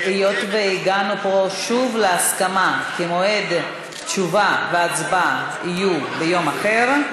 היות שהגענו פה שוב להסכמה שמועד התשובה וההצבעה יהיה ביום אחר,